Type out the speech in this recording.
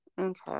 Okay